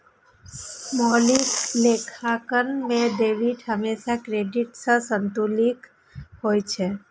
मौलिक लेखांकन मे डेबिट हमेशा क्रेडिट सं संतुलित होइ छै